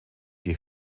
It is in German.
die